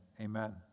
amen